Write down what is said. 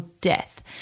Death